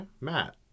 Matt